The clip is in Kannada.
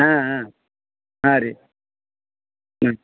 ಹಾಂ ಹಾಂ ಹಾಂ ರೀ ಹ್ಞೂ